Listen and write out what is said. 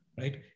right